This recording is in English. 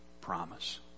promise